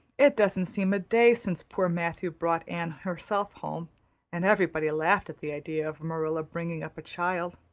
it doesn't seem a day since poor matthew brought anne herself home and everybody laughed at the idea of marilla bringing up a child.